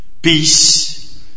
peace